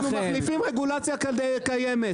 אנחנו מחליפים רגולציה קיימת.